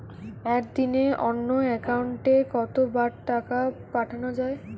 একদিনে অন্য একাউন্টে কত বার টাকা পাঠানো য়ায়?